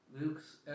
Luke's